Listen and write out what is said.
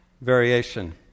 variation